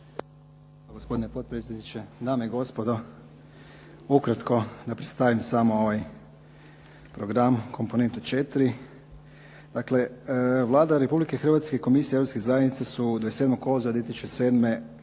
Hrvatske i Komisija Europskih zajednica su 27. kolovoza 2007.